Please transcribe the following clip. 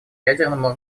ядерному